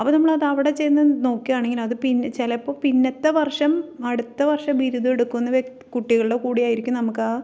അപ്പോൾ നമ്മൾ അത് അവിടെ ചെന്ന് നോക്കുകയാണെങ്കിൽ അത് ചിലപ്പോൾ പിന്നത്തെ വർഷം അടുത്ത വർഷം ബിരുദം എടുക്കുന്ന കുട്ടികളുടെ കൂടെയായിരിക്കും നമുക്ക് ആ